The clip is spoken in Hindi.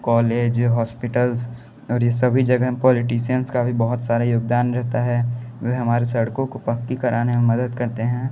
कॉलेज होस्पिटल्स और ये सभी जगह पॉलिटीसियन्स का भी बहुत सारे योगदान रहता है वे हमारे सड़कों को पक्की कराने में मदद करते हैं